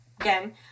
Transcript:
Again